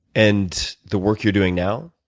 and the work you're doing now?